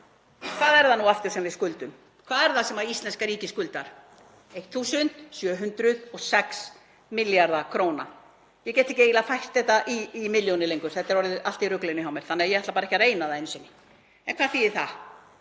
Hvað er það nú aftur sem við skuldum? Hvað er það sem íslenska ríkið skuldar? 1.706 milljarða kr. Ég get ekki eiginlega fært þetta í milljónir lengur, þetta er orðið allt í rugli hjá mér, þannig að ég ætla ekki að reyna það einu sinni. En hvað þýðir það?